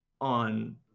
on